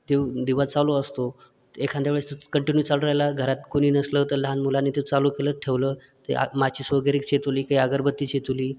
तो दिवा चालू असतो एखाद्यावेळेस चूक कंटिन्यू चालू राहिला घरात कोणी नसलं तर लहान मुलांनी ते चालू केलं ठेवलं तं आ माचीस वगैरे चेतवली की अगरबत्ती चेतवली